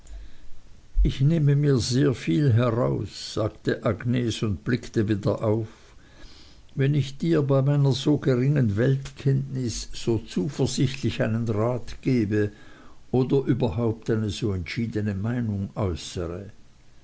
ich nehme mir sehr viel heraus sagte agnes und blickte wieder auf wenn ich dir bei meiner geringen weltkenntnis so zuversichtlich einen rat gebe oder überhaupt eine so entschiedene meinung äußere